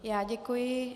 Já děkuji.